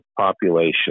population